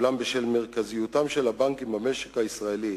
אולם בשל מרכזיותם של הבנקים במשק הישראלי